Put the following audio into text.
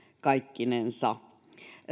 kaikkinensa